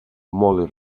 molt